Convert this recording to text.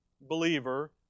believer